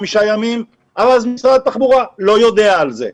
ימים אבל אז משרד התחבורה לא יודע על זה.